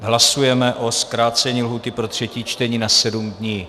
Hlasujeme o zkrácení lhůty pro třetí čtení na sedm dní.